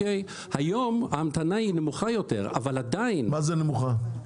היום ההמתנה נמוכה יותר אבל עדיין -- מה זה נמוכה?